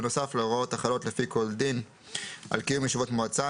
בנוסף להוראות החלות לפי כל דין על קיום ישיבות מועצה,